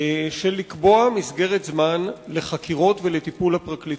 של קביעת מסגרת זמן לחקירות ולטיפול הפרקליטות.